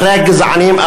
אחרי הגזענים,